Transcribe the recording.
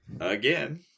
again